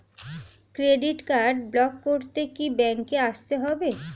Credit card block করতে কি ব্যাংকে আসতে হবে?